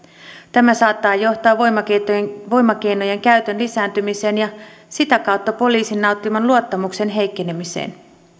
tämä saattaa johtaa voimakeinojen voimakeinojen käytön lisääntymiseen ja sitä kautta poliisin nauttiman luottamuksen heikkenemiseen